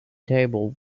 table